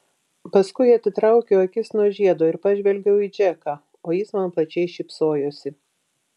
paskui atitraukiau akis nuo žiedo ir pažvelgiau į džeką o jis man plačiai šypsojosi